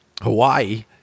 Hawaii